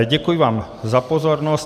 Děkuji vám za pozornost.